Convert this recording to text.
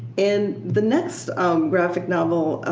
and the next graphic novel,